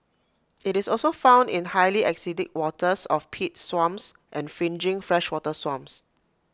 IT is also found in highly acidic waters of peat swamps and fringing freshwater swamps